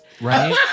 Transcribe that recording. Right